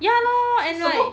ya lor and like